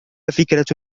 فكرة